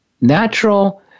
natural